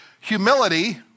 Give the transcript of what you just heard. humility